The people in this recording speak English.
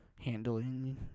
handling